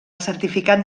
certificat